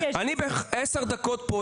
אני מסכימה איתך, הייתי מבטלת את זה.